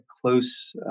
close